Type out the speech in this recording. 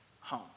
home